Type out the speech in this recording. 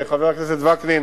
חבר הכנסת וקנין